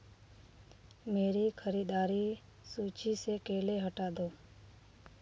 मेरी खरीदारी सूची से केले हटा दो